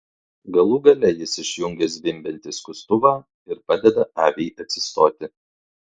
galų gale jis išjungia zvimbiantį skustuvą ir padeda aviai atsistoti